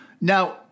Now